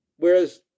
Whereas